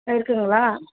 இருக்குதுங்களா